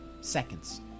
seconds